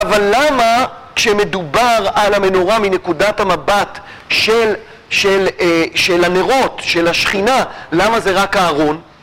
אבל למה כשמדובר על המנורה מנקודת המבט של הנרות, של השכינה, למה זה רק הארון?